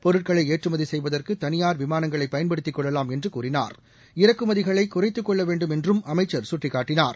பொருட்களை ஏற்றுமதி செய்வதற்கு தனியார் விமானங்களைப் பயன்படுத்திக் கொள்ளலாம் என்று கூறினார் இறக்குமதிகளை குறைத்துக் கொள்ளவேண்டும் என்று அமைச்சர் சுட்டிக்காட்டினார்